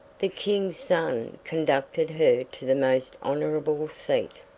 the king's son conducted her to the most honorable seat,